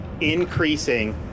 increasing